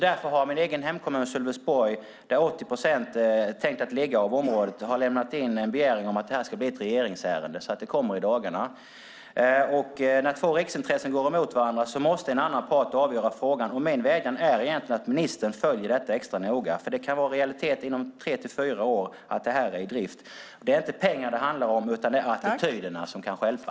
Därför har min hemkommun Sölvesborg, där 80 procent av området är tänkt att ligga, lämnat in en begäran om att detta ska bli ett regeringsärende. Det kommer i dagarna. När två riksintressen går emot varandra måste en annan part avgöra frågan. Min vädjan är att ministern följer detta extra noga. Det kan vara en realitet inom tre fyra år att detta är i drift. Det är inte pengar det handlar om, utan det är attityderna som kan stjälpa.